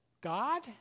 God